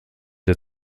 der